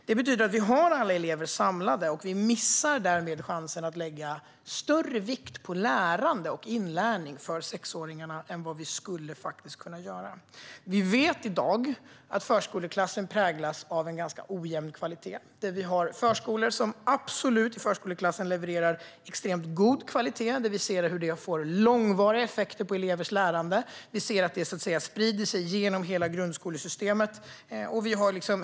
Det betyder att alla elever är samlade, och vi missar därmed chansen att lägga större vikt på lärande och inlärning för sexåringarna än vad vi skulle kunna göra. Vi vet i dag att förskoleklasserna präglas av en ojämn kvalitet. Det finns förskolor som levererar extremt god kvalitet, och vi får se långvariga effekter på elevers lärande. De sprider sig genom hela grundskolesystemet.